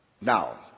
Now